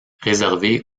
réservé